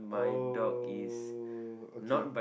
oh okay